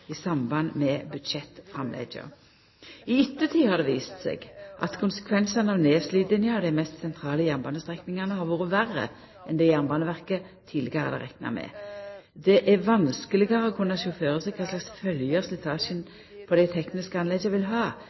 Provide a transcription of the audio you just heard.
i samband med budsjettframlegga. I ettertid har det vist seg at konsekvensane av nedslitinga av dei mest sentrale jernbanestrekningane har vore verre enn det Jernbaneverket tidlegare hadde rekna med. Det er vanskelegare å kunna sjå føre seg kva slags følgjer slitasjen på dei tekniske anlegga vil ha,